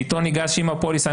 שאיתו אתה ניגש עם הפוליסה,